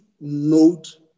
note